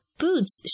boots